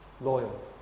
loyal